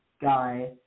guy